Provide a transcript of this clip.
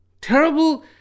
terrible